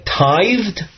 tithed